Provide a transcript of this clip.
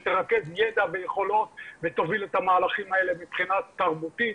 שתרכז ידע ויכולות ותוביל את המהלכים האלה מבחינה תרבותית,